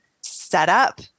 setup